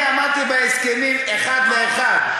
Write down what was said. אני עמדתי בהסכמים אחד לאחד.